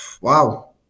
Wow